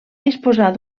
disposar